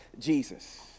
Jesus